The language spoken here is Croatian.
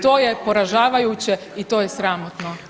To je poražavajuće i to je sramotno.